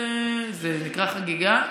זה נקרא חגיגה?